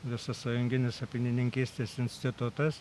visasąjunginis apyninkystės institutas